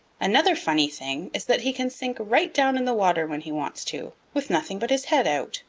another funny thing is that he can sink right down in the water when he wants to, with nothing but his head out.